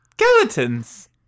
Skeletons